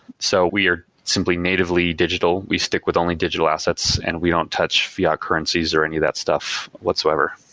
so we are simply natively digital. we stick with only digital assets and we don't touch fiat currencies or any of that stuff, whatsoever.